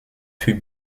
fut